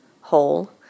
hole